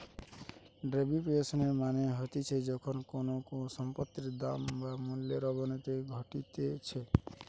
depreciation মানে হতিছে যখন কোনো সম্পত্তির দাম বা মূল্যর অবনতি ঘটতিছে